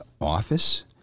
office